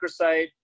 microsite